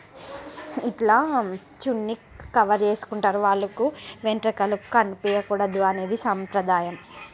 ఇట్లా చున్నీ కవర్ చేసుకుంటారు వాళ్ళకు వెంట్రుకలు కనిపీయకూడదు అనేది సంప్రదాయం